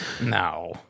No